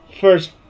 First